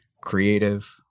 creative